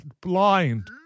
blind